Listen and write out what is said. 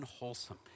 unwholesome